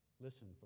Listen